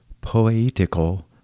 poetical